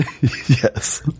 Yes